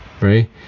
right